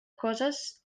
coses